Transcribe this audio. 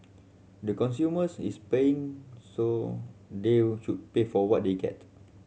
the consumers is paying so they should pay for what they get